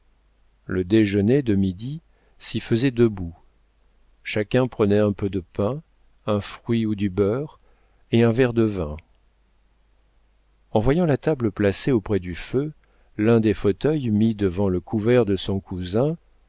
le déjeuner de midi s'y faisait debout chacun prenait un peu de pain un fruit ou du beurre et un verre de vin en voyant la table placée auprès du feu l'un des fauteuils mis devant le couvert de son cousin